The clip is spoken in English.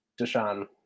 deshaun